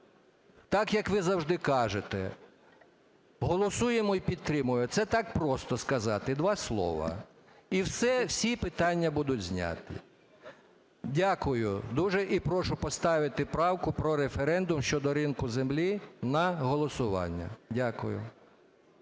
так, як ви завжди кажете "голосуємо і підтримуємо", це так просто сказати два слова – і всі питання будуть зняті. Дякую дуже і прошу поставити правку про референдум щодо ринку землі на голосування. Дякую.